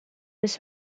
his